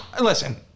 Listen